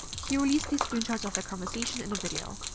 he released these screenshots of their conversation in a video.